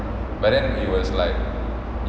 but then it was like